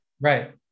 Right